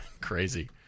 Crazy